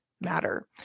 matter